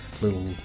little